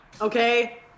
okay